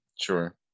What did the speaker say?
Sure